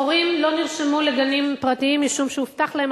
הורים לא נרשמו לגנים פרטיים משום שהובטח להם